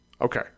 Okay